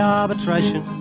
arbitration